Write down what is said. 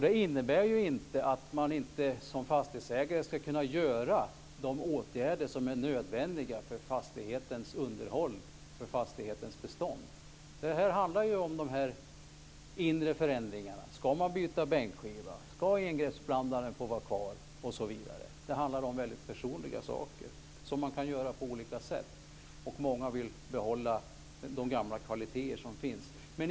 Det innebär inte att man inte som fastighetsägare ska kunna vidta de åtgärder som är nödvändiga för fastighetens underhåll och bestånd. Det handlar om de inre förändringarna. Ska man byta bänkskiva? Ska engreppsblandaren få vara kvar, osv.? Det handlar om väldigt personliga saker, som man kan göra på olika sätt med. Många vill behålla den gamla standarden med dess kvaliteter.